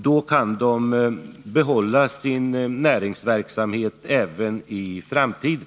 Då kan de behålla sin näringsverksamhet även i framtiden.